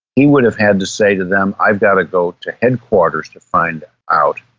he would have had to say to them, i've got to go to headquarters to find out.